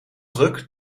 druk